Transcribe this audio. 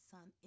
Son